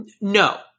no